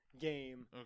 game